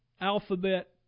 Alphabet